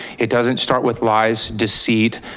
it doesn't start with lies, deceit,